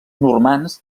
normands